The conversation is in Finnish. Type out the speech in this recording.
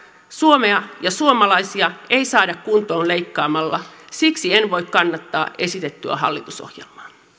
suomea ja suomalaisia ei saada kuntoon leikkaamalla siksi en voi kannattaa esitettyä hallitusohjelmaa